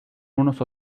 unos